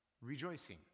rejoicing